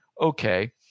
Okay